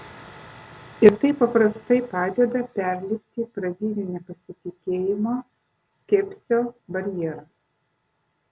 ir tai paprastai padeda perlipti pradinio nepasitikėjimo skepsio barjerą